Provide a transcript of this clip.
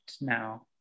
now